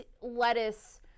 lettuce